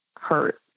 hurt